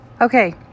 Okay